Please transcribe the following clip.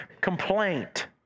complaint